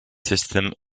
system